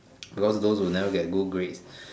those those who never got good grades